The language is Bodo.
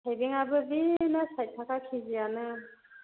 थाइबेङाबो जिनो साइद थाखा किजियानो